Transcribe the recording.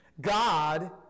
God